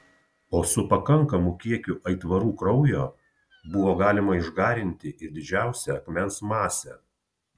o su pakankamu kiekiu aitvarų kraujo buvo galima išgarinti ir didžiausią akmens masę